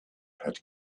had